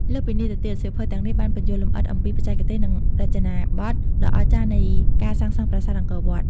លើសពីនេះទៅទៀតសៀវភៅទាំងនេះបានពន្យល់លម្អិតអំពីបច្ចេកទេស និងរចនាបថដ៏អស្ចារ្យនៃការសាងសង់ប្រាសាទអង្គរវត្ត។